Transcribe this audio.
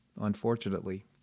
unfortunately